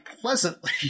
pleasantly